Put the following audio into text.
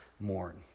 mourn